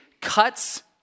cuts